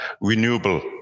renewable